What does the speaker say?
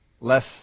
less